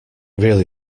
really